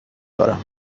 دارم